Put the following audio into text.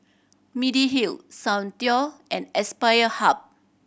Mediheal Soundteoh and Aspire Hub